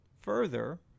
Further